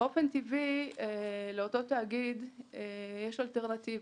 לאותו תאגיד יש אלטרנטיבה.